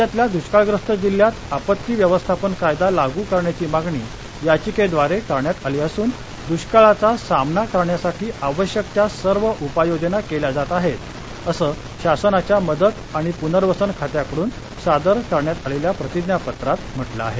राज्यातल्या दुष्काळग्रस्त जिल्ह्यात आपत्ती व्यवस्थापन कायदा लागू करण्याची मागणी याचिकेद्वारे करण्यात आली असून दृष्काळाचा सामना करण्यासाठी आवश्यक त्या सर्व उपाययोजना केल्या जात आहेत असं शासनाच्या मदत आणि पुनर्वसन खात्याकडून सादर करण्यात आलेल्या प्रतिज्ञापत्रात म्हटलं आहे